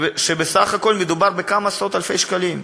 ושבסך הכול מדובר בכמה עשרות-אלפי שקלים.